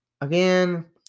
again